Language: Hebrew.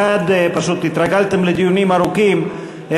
פשוט התרגלתם לדיונים ארוכים,